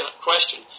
question